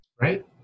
right